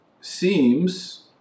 seems